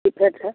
secrete है